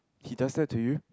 he does that to you